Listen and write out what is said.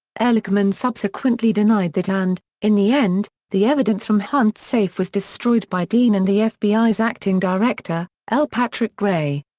ehrlichman subsequently denied that and, in the end, the evidence from hunt's safe was destroyed by dean and the fbi's acting director, l. patrick gray.